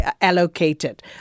allocated